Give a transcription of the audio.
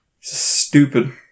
Stupid